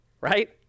right